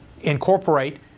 incorporate